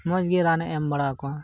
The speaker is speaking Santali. ᱢᱚᱡᱽ ᱜᱮ ᱨᱟᱱᱮ ᱮᱢ ᱵᱟᱲᱟᱣ ᱠᱚᱣᱟ